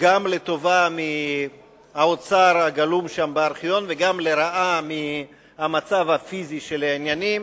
גם לטובה מהאוצר הגלום שם בארכיון וגם לרעה מהמצב הפיזי של החומרים.